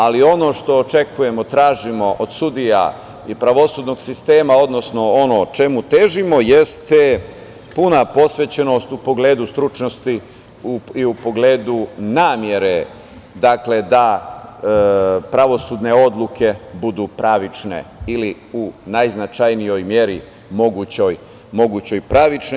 Ali, ono što očekujemo i tražimo od sudija i pravosudnog sistema, odnosno ono čemu težimo, jeste puna posvećenost u pogledu stručnosti i u pogledu namere da pravosudne odluke budu pravične ili u najznačajnijoj meri mogućoj pravične.